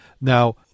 Now